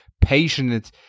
patient